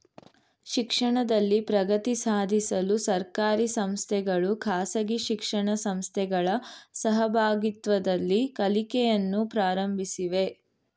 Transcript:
ಶಿಕ್ಷಣದಲ್ಲಿ ಪ್ರಗತಿ ಸಾಧಿಸಲು ಸರ್ಕಾರಿ ಸಂಸ್ಥೆಗಳು ಖಾಸಗಿ ಶಿಕ್ಷಣ ಸಂಸ್ಥೆಗಳ ಸಹಭಾಗಿತ್ವದಲ್ಲಿ ಕಲಿಕೆಯನ್ನು ಪ್ರಾರಂಭಿಸಿವೆ